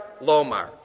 Lomar